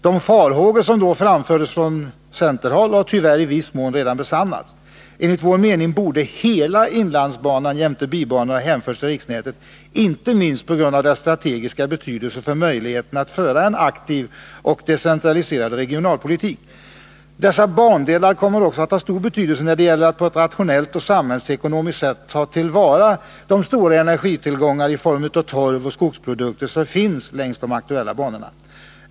De farhågor som då framfördes från centerhåll har tyvärr i viss mån redan besannats. Enligt vår mening borde hela inlandsbanan jämte bibanor ha hänförts till riksnätet, inte minst på grund av deras strategiska betydelse för möjligheten att föra en aktiv och decentra!iserad regionalpolitik. Dessa bandelar kommer också att ha stor betydelse när det gäller att på ett rationellt och samhällsekonomiskt sätt ta till vara de stora energitillgångar i form av torv och skogsprodukter som finns längs de aktuella banorna.